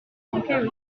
manquait